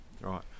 right